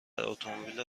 اتومبیل